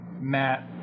Matt